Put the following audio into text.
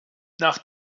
nach